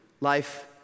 life